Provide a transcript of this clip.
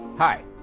Hi